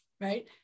right